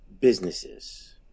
businesses